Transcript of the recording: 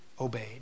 obeyed